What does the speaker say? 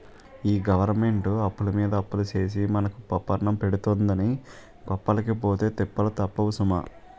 ఈ గవరమెంటు అప్పులమీద అప్పులు సేసి మనకు పప్పన్నం పెడతందని గొప్పలకి పోతే తిప్పలు తప్పవు సుమా